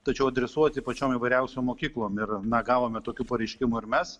tačiau adresuoti pačiom įvairiausiom mokyklom ir na gavome tokių pareiškimų ir mes